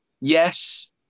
yes